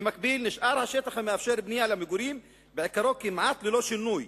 במקביל נשאר השטח המאפשר בנייה למגורים בעיקרו כמעט ללא שינוי.